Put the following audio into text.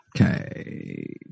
Okay